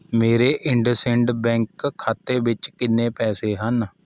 ਮੇਰੇ ਇੰਡਸਿੰਡ ਬੈਂਕ ਖਾਤੇ ਵਿੱਚ ਕਿੰਨੇ ਪੈਸੇ ਹਨ